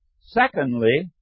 Secondly